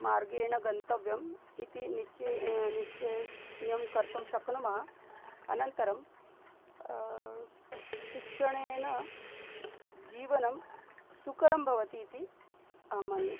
मार्गेण गन्तव्यम् इति निश्चयं निश्चयं कर्तुं शक्नुमः अनन्तरं शिक्षणेन स् जीवनं सुकरं भवति इति अहं मन्ये